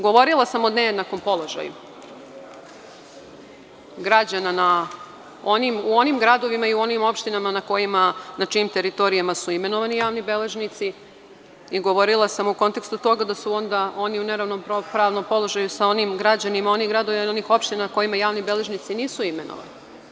Govorila sam o nejednakom položaju građana u onim gradovima i u onim opštinama na kojima, na čijim teritorijama su imenovani javni beležnici i govorila sam u kontekstu toga da su onda oni u neravnopravnom položaju sa onim građanima onih gradova, onih opština na kojima javni beležnici nisu imenovani.